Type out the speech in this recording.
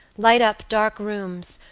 light up dark rooms,